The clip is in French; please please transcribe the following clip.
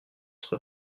entre